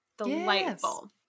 Delightful